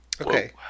Okay